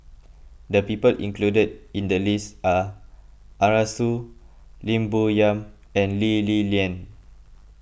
the people included in the list are Arasu Lim Bo Yam and Lee Li Lian